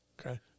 Okay